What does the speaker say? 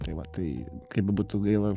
tai va tai kaip bebūtų gaila